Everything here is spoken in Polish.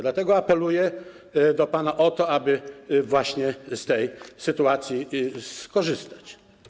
Dlatego apeluję do pana o to, aby właśnie z tej sytuacji skorzystać.